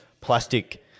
Plastic